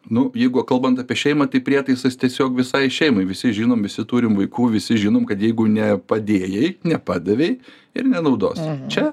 nu jeigu kalbant apie šeimą tai prietaisas tiesiog visai šeimai visi žinom visi turim vaikų visi žinom kad jeigu nepadėjai nepadavei ir nenaudos čia